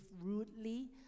rudely